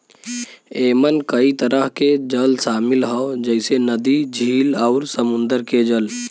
एमन कई तरह के जल शामिल हौ जइसे नदी, झील आउर समुंदर के जल